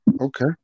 Okay